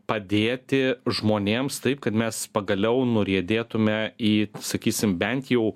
padėti žmonėms taip kad mes pagaliau nuriedėtume į sakysim bent jau